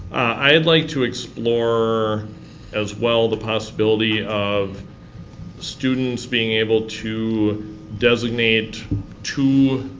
i'd like to explore as well the possibility of students being able to designate two